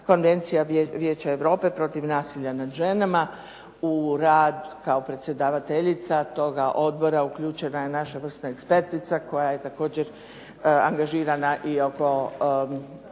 tendencija Vijeća Europe protiv nasilja nad ženama u rad kao predsjedavateljica toga odbora uključena je naša vrsna ekspertica koja je također angažirana i oko